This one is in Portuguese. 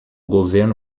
governo